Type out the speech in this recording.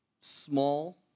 small